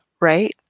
right